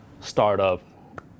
startup